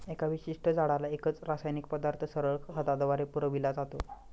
एका विशिष्ट झाडाला एकच रासायनिक पदार्थ सरळ खताद्वारे पुरविला जातो